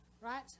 right